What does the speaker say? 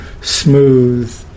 smooth